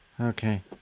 Okay